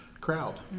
crowd